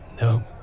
no